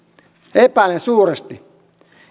epäilen suuresti